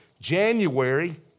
January